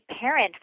parent